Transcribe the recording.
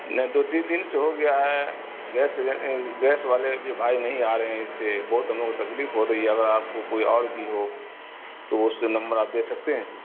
نہیں دو تین دن سے ہو گیا ہے گیس گیس والے بھی بھائی نہیں آ رہے ہیں اس سے بہت ہم لوگوں کو تکلیف ہو رہی ہے اگر آپ کو کوئی اور بھی ہو تو اس سے نمبر آپ دے سکتے ہیں